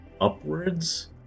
upwards